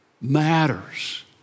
matters